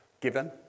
given